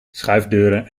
schuifdeuren